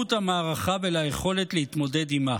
למהות המערכה וליכולת להתמודד עימה.